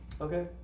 Okay